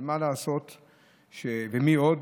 מי עוד?